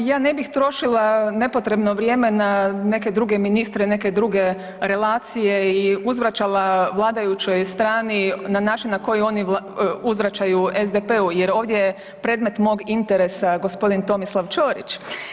Ma ja ne bih trošila nepotrebno vrijeme na neke druge ministre, neke druge relacije i uzvraćala vladajućoj strani na način na koji oni uzvraćaju SDP-u jer ovdje je predmet mog interesa gospodin Tomislav Ćorić.